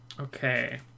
Okay